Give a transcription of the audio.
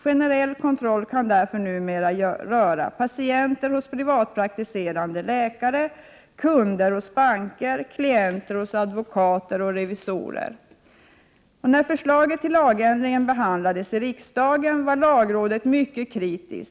Generell kontroll kan därför numera röra patienter hos privatpraktiserande läkare, kunder hos banker, klienter hos advokater och revisorer. När förslaget till lagändringen behandlades i riksdagen var lagrådet mycket kritiskt.